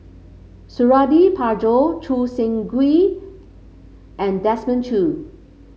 Suradi Parjo Choo Seng Quee and Desmond Choo